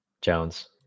Jones